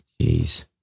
jeez